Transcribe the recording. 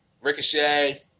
Ricochet